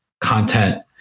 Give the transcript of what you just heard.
content